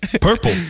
Purple